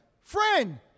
Friend